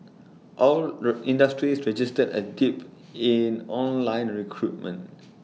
all industries registered A dip in online recruitment